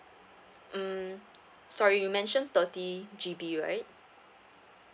mm sorry you mention thirty G_B right